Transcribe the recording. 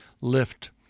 lift